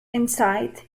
inside